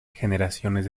generaciones